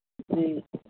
जी